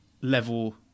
level